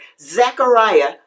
Zechariah